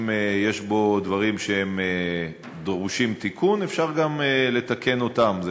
ואם יש בו דברים שדורשים תיקון אפשר גם לתקן אותם.